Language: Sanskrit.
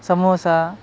समोसा